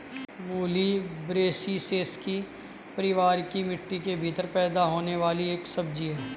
मूली ब्रैसिसेकी परिवार की मिट्टी के भीतर पैदा होने वाली एक सब्जी है